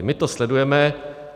My to sledujeme.